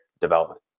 development